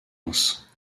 minces